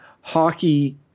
hockey